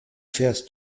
fährst